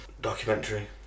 documentary